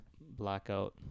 blackout